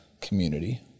community